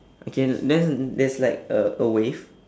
okay then there's like a a wave